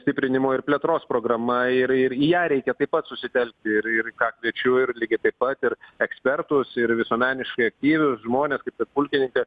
stiprinimo ir plėtros programa ir ir į ją reikia taip pat susitelkti ir ir ką kviečiu ir lygiai taip pat ir ekspertus ir visuomeniškai aktyvius žmones kaip ir pulkininkas